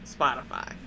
Spotify